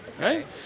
right